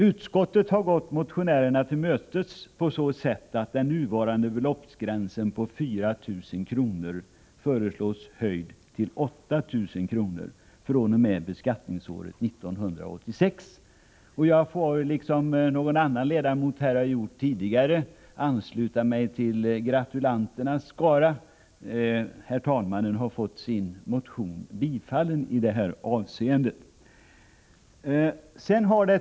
Utskottet har gått motionärerna till mötes på så sätt att den nuvarande beloppsgränsen på 4 000 kr. föreslås höjd till 8 000 kr. fr.o.m. beskattningsåret 1986. Jag får, liksom någon annan ledamot här har gjort tidigare, ansluta mig till gratulanternas skara: herr tredje vice talmannen har fått sin motion tillstykt i detta avseende.